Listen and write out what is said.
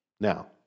Now